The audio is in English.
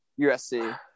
USC